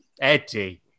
Eddie